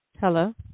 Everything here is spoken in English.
Hello